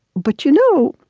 but, you know,